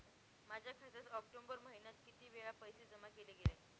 माझ्या खात्यात ऑक्टोबर महिन्यात किती वेळा पैसे जमा केले गेले?